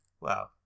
Wow